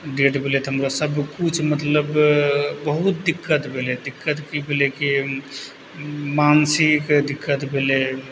death भेलै तऽ हमरा सबकिछु मतलब बहुत दिक्कत भेलै दिक्कत की भेलै कि मानसिक दिक्कत भेलै